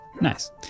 Nice